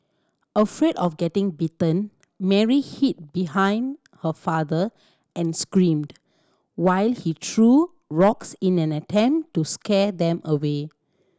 afraid of getting bitten Mary hid behind her father and screamed while he threw rocks in an attempt to scare them away